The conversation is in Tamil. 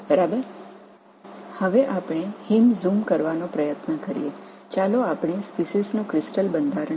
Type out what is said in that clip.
இப்போது நாம் இங்கு பெரிதாக்க முயற்சிக்கும்போது உயிரினங்களின் படிக அமைப்பைப் பார்ப்போம்